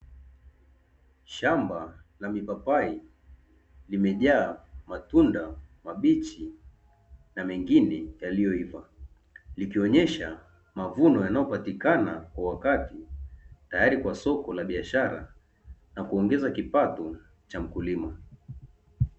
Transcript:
Shamba la mipapai limejaa matunda mabichi na mengine, yaliyoiva likionyesha mavuno yanayopatikana kwa wakati, tayari kwa soko la biashara na kuongeza kipato cha mkulima.